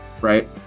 Right